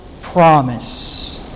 promise